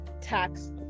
tax